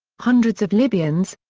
hundreds of libyans,